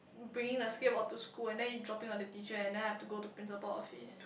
bringing the skate board to school and then it dropping on the teacher and then I have to go to principal office